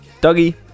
dougie